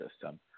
system